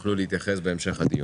לקבל התייחסות.